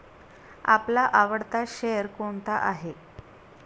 आपला आवडता शेअर कोणता आहे?